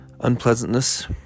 unpleasantness